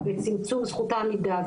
וצמצום זכות העמידה,